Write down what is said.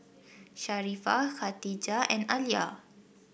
Sharifah Khatijah and Alya